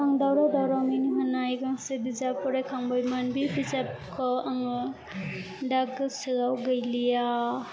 आं दावराव दावराव मिनि होनाय गांसे बिजाब फरायखांबायमोन बे बिजाबखौ आङो दा गोसोआव गैलिया